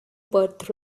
birth